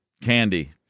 candy